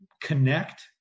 connect